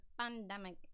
Pandemic